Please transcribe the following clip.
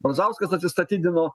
brazauskas atsistatydino